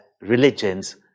religions